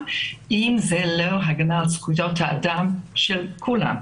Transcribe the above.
אם זה לא הגנה על זכויות האדם של כולם,